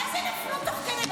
מה זה נפלו תוך כדי?